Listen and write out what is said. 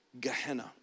Gehenna